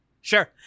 Sure